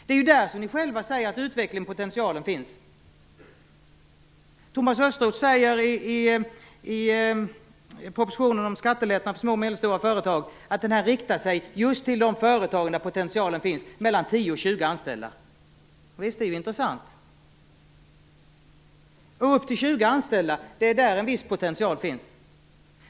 Ni säger själva att det är där som utvecklingspotentialen finns. Thomas Östros säger i propositionen om skattelättnad för små och medelstora företag att denna riktar sig just till de företag där potentialen finns, företag med mellan 10 och 20 anställda. Visst är det intressant.